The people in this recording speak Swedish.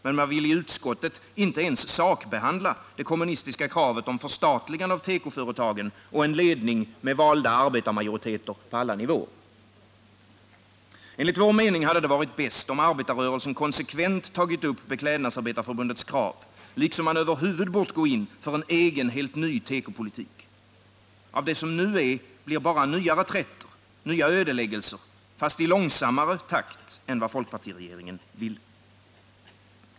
Men man vill i utskottet inte ens sakbehandla det kommunistiska kravet på förstatligande av tekoföretagen och en ledning med valda arbetarmajoriteter på alla nivåer. Enligt vår mening hade det varit bäst om arbetarrörelsen konsekvent tagit upp Beklädnadsarbetareförbundets krav, liksom man över huvud taget bort gå in för en ny, egen tekopolitik. Av det som nu är blir bara nya reträtter, nya ödeläggelser, fastän i långsammare takt än vad folkpartiregeringen ville.